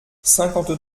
cinquante